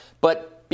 But-